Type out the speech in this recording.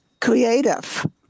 creative